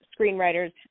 screenwriters